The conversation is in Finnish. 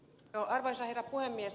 arvoisa herra puhemies